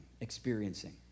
experiencing